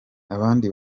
abandi